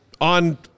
on